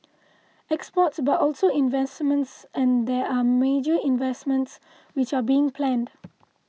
exports but also investments and there are major investments which are being planned